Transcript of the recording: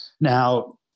Now